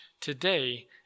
today